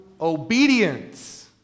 obedience